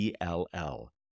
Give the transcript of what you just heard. ELL